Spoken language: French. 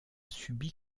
subi